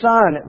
Son